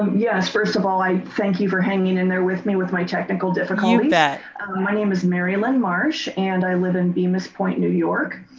um yes, first of all, i thank you for hanging in there with me with my technical difficulties. my name is merrilynn marsh and i live in bemis point new york,